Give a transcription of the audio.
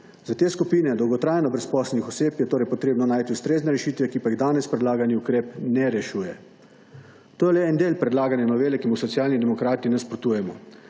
Za te skupine dolgotrajno brezposelnih oseb je torej potrebno najti ustrezne rešitve, ki pa jih danes predlagani ukrep ne rešuje. To je le en del predlagane novele, ki mu Socialni demokrati nasprotujemo.